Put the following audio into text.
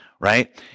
Right